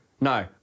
No